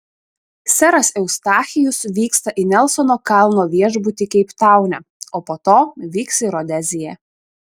seras eustachijus vyksta į nelsono kalno viešbutį keiptaune o po to vyks į rodeziją